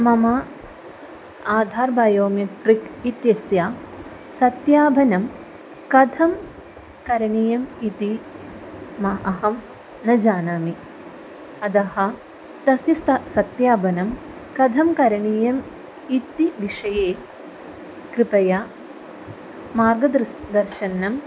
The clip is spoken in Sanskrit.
मम आधार् बायो मिट्रिक् इत्यस्य सत्यापनं कथं करणीयम् इति मे अहं न जानामि अतः तस्य स्त सत्यापनं कथं करणीयम् इति विषये कृपया मार्गः दर्शनं